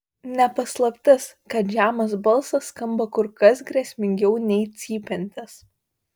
ne paslaptis kad žemas balsas skamba kur kas grėsmingiau nei cypiantis